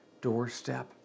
doorstep